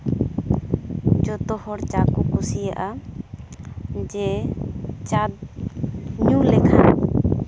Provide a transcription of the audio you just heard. ᱡᱚᱛᱚ ᱦᱚᱲ ᱪᱟ ᱠᱚ ᱠᱩᱥᱤᱭᱟᱜᱼᱟ ᱡᱮ ᱪᱟ ᱧᱩ ᱞᱮᱠᱷᱟᱱ